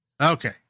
Okay